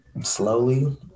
Slowly